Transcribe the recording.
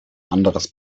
anderes